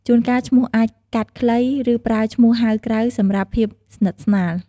ជួនកាលឈ្មោះអាចកាត់ខ្លី ឬ ប្រើឈ្មោះហៅក្រៅសម្រាប់ភាពស្និទ្ធស្នាល។